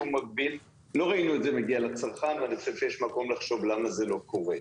מקביל לא ראינו את זה --- אני חושב שיש מקום לחשוב למה זה לא קורה.